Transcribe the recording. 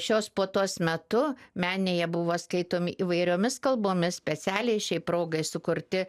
šios puotos metu menėje buvo skaitomi įvairiomis kalbomis specialiai šiai progai sukurti